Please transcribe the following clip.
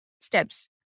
steps